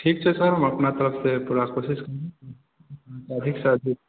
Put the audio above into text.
ठीक छै सर हम अपना तरफसँ पूरा कोशिश करबै अधिकसँ अधिक